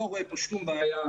לא רואה פה שום בעיה.